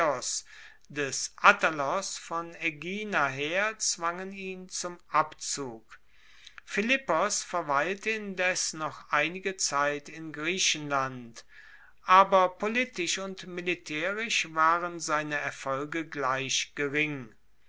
des attalos von aegina her zwangen ihn zum abzug philippos verweilte indes noch einige zeit in griechenland aber politisch und militaerisch waren seine erfolge gleich gering